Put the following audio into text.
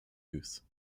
use